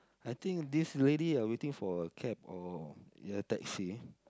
I think this lady are waiting for a cab or ya taxi